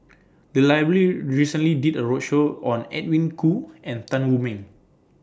The Library recently did A roadshow on Edwin Koo and Tan Wu Meng